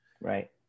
Right